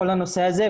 כל הנושא הזה,